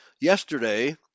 yesterday